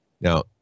Now